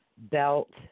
Belt